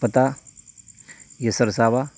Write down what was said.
پتا یہ سرساوا